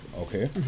okay